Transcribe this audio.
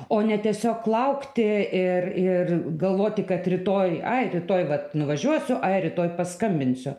o ne tiesiog laukti ir ir galvoti kad rytoj ai rytoj vat nuvažiuosiu ai rytoj paskambinsiu